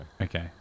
Okay